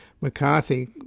McCarthy